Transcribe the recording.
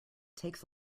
takes